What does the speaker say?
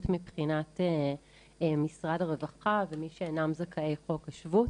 מבחינת משרד הרווחה ומי שאינם זכאי חוק השבות,